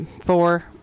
four